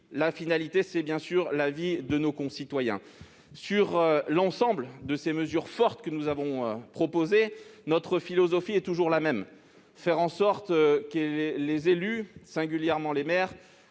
finalité : agir au plus près de nos concitoyens. Sur l'ensemble des mesures fortes que nous avons proposées, notre philosophie est toujours la même : il s'agit de faire en sorte que les élus, singulièrement les maires,